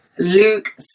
Luke